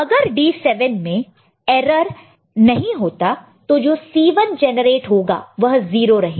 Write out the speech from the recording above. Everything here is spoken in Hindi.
अगर D7 में एरर नहीं होता तो जो C1 जेनरेट होगा वह 0 रहेगा